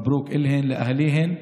ברכות עליהם.)